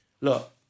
Look